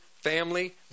family